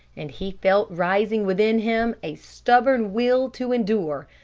and he felt rising within him a stubborn will to endure,